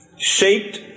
shaped